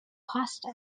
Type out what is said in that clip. pasta